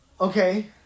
okay